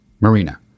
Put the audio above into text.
Marina